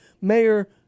Mayor